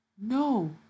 No